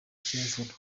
cy’imvura